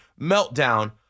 meltdown